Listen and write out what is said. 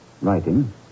writing